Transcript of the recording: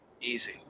easy